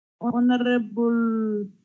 Honorable